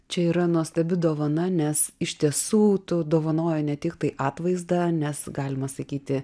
čia yra nuostabi dovana nes iš tiesų tu dovanoji ne tiktai atvaizdą nes galima sakyti